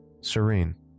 serene